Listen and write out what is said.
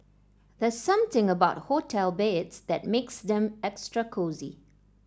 there's something about hotel beds that makes them extra cosy